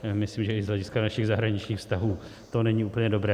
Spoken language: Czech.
Myslím, že i z hlediska našich zahraničních vztahů to není úplně dobré.